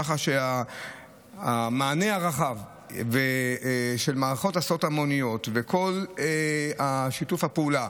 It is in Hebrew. ככה שהמענה הרחב של מערכות ההסעות ההמוניות וכל שיתוף הפעולה